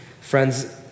Friends